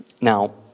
Now